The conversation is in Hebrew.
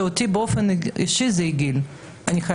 ואני חייבת להגיד שבאופן אישי זה מגעיל אותי.